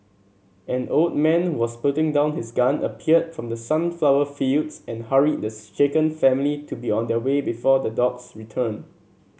an old man who was putting down his gun appeared from the sunflower fields and hurried the shaken family to be on their way before the dogs return